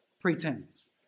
pretense